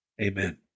Amen